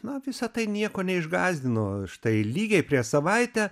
na visa tai nieko neišgąsdino štai lygiai prieš savaitę